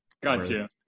Gotcha